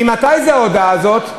ממתי הודעה הזאת?